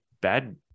bad